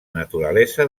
naturalesa